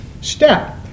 step